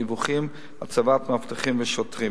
דיווחים והצבת מאבטחים ושוטרים.